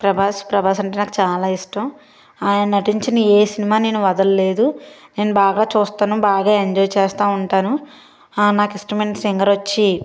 ప్రభాస్ ప్రభాస్ అంటే నాకు చాలా ఇష్టం ఆయన నటించిన ఏ సినిమా నేను వదల్లేదు నేను బాగా చూస్తాను బాగా ఎంజాయ్ చేస్తూ ఉంటాను ఆ నాకు ఇష్టమైన సింగర్ వచ్చి